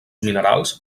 minerals